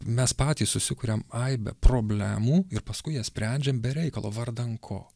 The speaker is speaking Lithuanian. mes patys susikuriam aibę problemų ir paskui jas sprendžiam be reikalo vardan ko